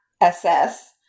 assess